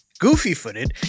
Goofy-footed